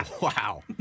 Wow